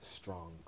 strong